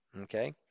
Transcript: Okay